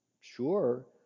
sure